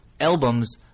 albums